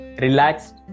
relaxed